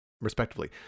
respectively